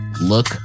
look